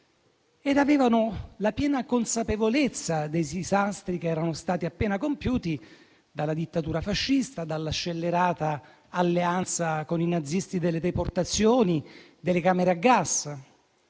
Avevano la piena consapevolezza dei disastri che erano stati appena compiuti dalla dittatura fascista, dalla scellerata alleanza con i nazisti delle deportazioni e delle camere a gas;